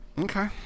Okay